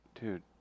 Dude